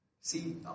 See